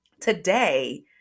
Today